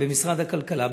זה במשרד הכלכלה.